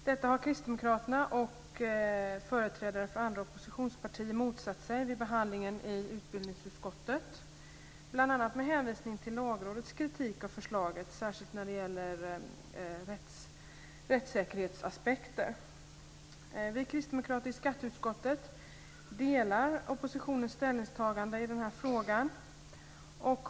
Detta har kristdemokraterna och företrädare för andra oppositionspartier motsatt sig vid behandlingen i utbildningsutskottet bl.a. med hänvisning till Lagrådets kritik av förslaget, särskilt när det gäller rättssäkerhetsaspekter. Vi kristdemokrater i skatteutskottet delar oppositionens ställningstagande i den här frågan.